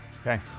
okay